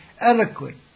eloquent